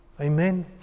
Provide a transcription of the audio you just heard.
Amen